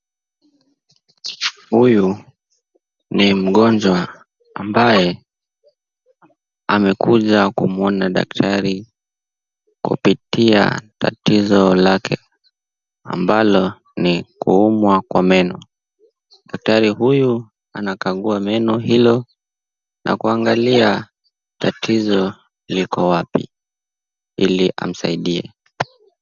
Huyu ni mgonjwa ambaye amekuja kumwona daktari kupitia tatizo lake ambalo ni kuumwa kwa meno. Daktari huyu anakagua meno hilo na kuangalia tatizo liko wapi ili amsaidie.